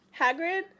Hagrid